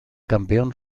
campeón